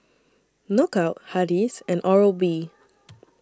Knockout Hardy's and Oral B